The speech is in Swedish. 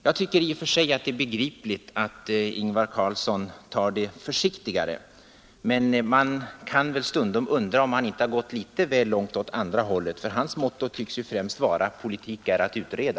I och för sig tycker jag det är begripligt att Ingvar Carlsson tar det försiktigare, men stundom kan man väl undra om han inte har gått litet väl långt åt andra hållet. Hans motto tycks främst vara: Politik är att utreda.